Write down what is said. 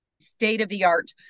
state-of-the-art